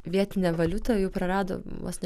vietinė valiuta jau prarado vos ne